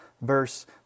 verse